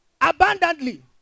abundantly